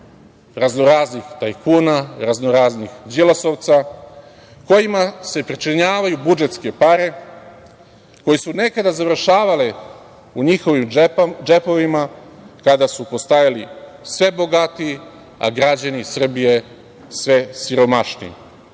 raznoraznih tajkuna, raznoraznih Đilasovaca kojima se pričinjavaju budžetske pare koji su nekada završavale u njihovim džepovima kada su postojali sve bogatiji, a građani Srbije sve siromašniji. Na